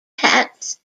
pets